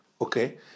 okay